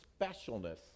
specialness